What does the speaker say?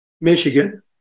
Michigan